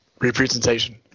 representation